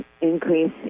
increase